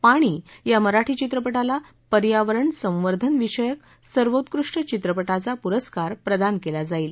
पाणी या मराठी चित्रपत्तिला पर्यावरण संवर्धनविषयक सर्वोत्कृष्ट चित्रपत्तिवा पुरस्कार प्रदान केला जाईल